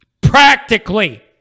Practically